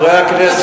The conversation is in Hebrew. לצדקה?